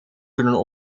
kunnen